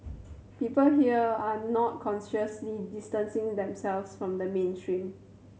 people here are not consciously distancing themselves from the mainstream